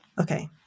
Okay